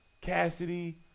Cassidy